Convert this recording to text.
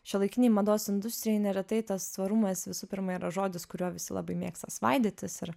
šiuolaikinėj mados industrijoj neretai tas tvarumas visų pirma yra žodis kuriuo visi labai mėgsta svaidytis ir